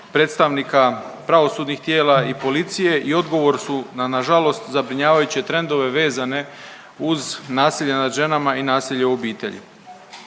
predstavnika pravosudnih tijela i policije i odgovor su na nažalost zabrinjavajuće trendove vezane uz nasilje nad ženama i nasilje u obitelji.